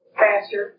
faster